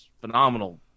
phenomenal